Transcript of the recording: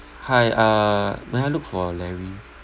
hi uh may I look for larry